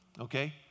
Okay